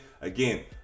Again